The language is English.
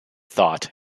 thought